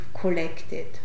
collected